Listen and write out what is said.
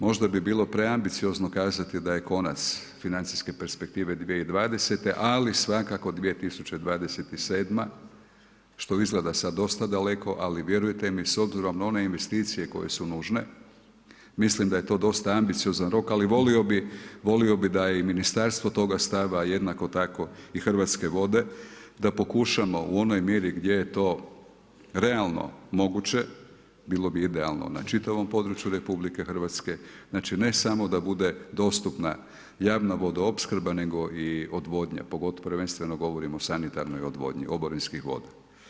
Možda bi bilo preambiciozno kazati da je konac financijske perspektive 2020., ali svakako 2027. što izgleda sada dosta daleko, ali vjerujte mi s obzirom na one investicije koje su nužne mislim da je to dosta ambiciozan rok, ali volio bi da je i ministarstvo toga stava, a jednako tako i Hrvatske vode da pokušamo u onoj mjeri gdje je to realno moguće, bilo bi idealno na čitavom području RH, znači ne samo da bude dostupna javna vodoopskrba nego i odvodnja, prvenstveno govorim o sanitarnoj odvodnji oborinskih voda.